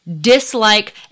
dislike